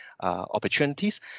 opportunities